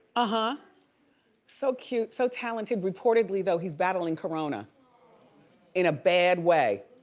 ah so cute, so talented, reportedly though he's battling corona in a bad way.